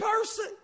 person